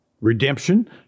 redemption